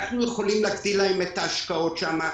אנחנו יכולים להגדיל להם את ההשקעות שם,